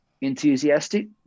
enthusiastic